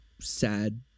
sad